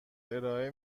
ارائه